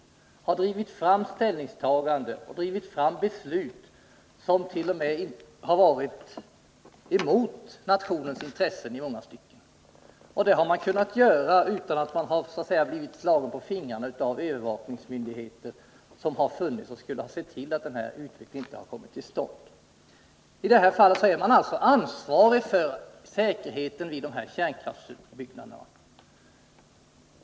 Vattenfall har drivit fram ställningstaganden och beslut, som t.o.m. varit emot nationens intressen i långa stycken. Detta har Vattenfall kunnat göra utan att ha blivit slaget på fingrarna av de övervakningsmyndigheter som har funnits och skulle ha sett till att den här utvecklingen inte kommit till stånd. I det här fallet är man alltså ansvarig för säkerheten vid kärnkraftsbyggena.